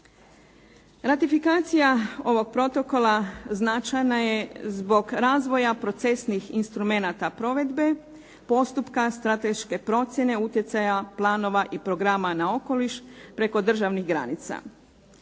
Ratifikacija ovog protokola značajna je zbog razvoja procesnih instrumenata provedbe, postupka Strateške procjene utjecaja planova i programa na okoliš preko državnih granica.